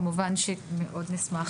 כמובן שמאוד נשמח